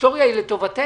ההיסטוריה היא לטובתנו.